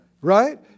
right